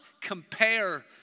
compare